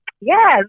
yes